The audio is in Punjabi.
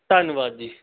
ਧੰਨਵਾਦ ਜੀ